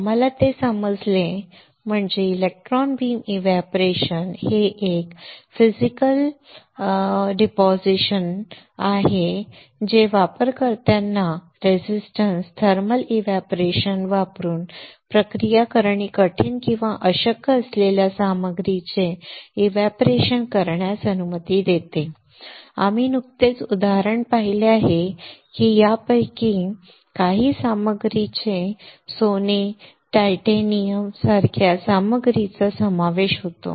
आम्हाला जे समजले ते म्हणजे इलेक्ट्रॉन बीम एव्हपोरेशन हे एक फिजिकल वेपर डिपॉझिशन आहे जे वापरकर्त्याला प्रतिरोधक थर्मल एव्हपोरेशन वापरून प्रक्रिया करणे कठीण किंवा अशक्य असलेल्या सामग्रीचे एव्हपोरेशन करण्यास अनुमती देते आम्ही नुकतेच उदाहरण पाहिले आहे की यापैकी काही सामग्रीमध्ये सोने टायटॅनियम सारख्या सामग्रीचा समावेश होतो